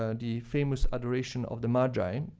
um the famous adoration of the magi.